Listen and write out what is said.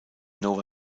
nova